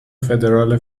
فدرال